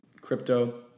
crypto